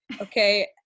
Okay